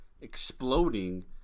exploding